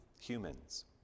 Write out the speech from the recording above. humans